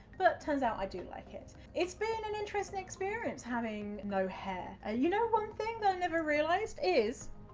but turns out i do like it. it's been an interesting experience having no hair, ah you know one thing that i never realized is,